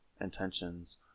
intentions